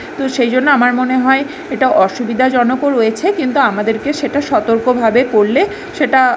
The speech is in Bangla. তো সেই জন্য আমার মনে হয় এটা অসুবিধাজনকও রয়েছে কিন্তু আমাদেরকে সেটা সতর্কভাবে করলে সেটা